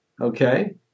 okay